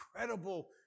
incredible